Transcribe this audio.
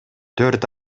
төрт